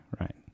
right